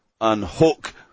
unhook